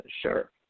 sure